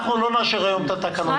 אנחנו לא נאשר היום את התקנות,